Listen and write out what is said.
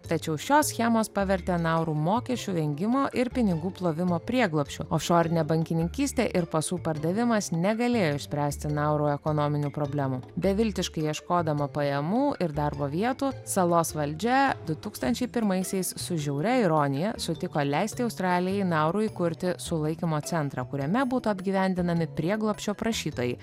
tačiau šios schemos pavertė nauru mokesčių vengimo ir pinigų plovimo prieglobsčiu ofšorinė bankininkystė ir pasų pardavimas negalėjo išspręsti nauru ekonominių problemų beviltiškai ieškodama pajamų ir darbo vietų salos valdžia du tūkstančiai pirmaisiais su žiauria ironija sutiko leisti australijai nauru įkurti sulaikymo centrą kuriame būtų apgyvendinami prieglobsčio prašytojai